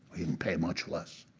you can pay much less.